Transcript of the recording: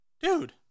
dude